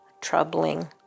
troubling